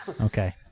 Okay